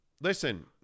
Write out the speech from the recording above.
Listen